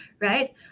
right